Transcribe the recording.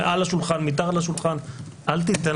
מעל השולחן,